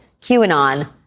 QAnon